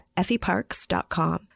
effieparks.com